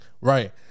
Right